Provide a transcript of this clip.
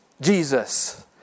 Jesus